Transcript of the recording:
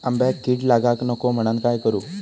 आंब्यक कीड लागाक नको म्हनान काय करू?